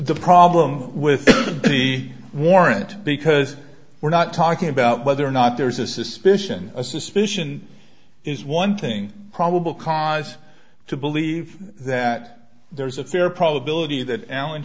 the problem with the warrant because we're not talking about whether or not there's a suspicion a suspicion is one thing probable cause to believe that there's a fair probability that alan